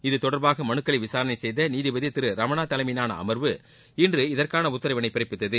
இத்தொடர்பாக மனுக்களை விசாரணை செய்த நீதிபதி ரமணா தலைமயிலான அமர்வு இன்று இதற்கான உத்தரவினை பிறப்பித்தது